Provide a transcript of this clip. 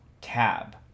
tab